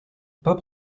pas